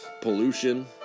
pollution